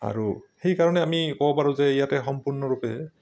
আৰু সেইকাৰণে আমি ক'ব পাৰোঁ যে ইয়াতে সম্পূৰ্ণৰূপে